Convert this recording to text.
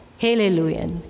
hallelujah